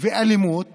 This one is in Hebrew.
ואלימות